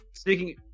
Speaking